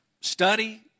Study